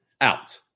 out